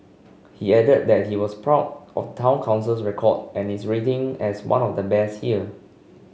he added that he was proud of Town Council's record and its rating as one of the best here